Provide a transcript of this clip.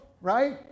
Right